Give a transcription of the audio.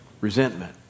Resentment